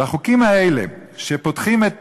והחוקים האלה, שפותחים את